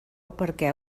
perquè